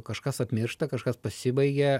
kažkas apmiršta kažkas pasibaigia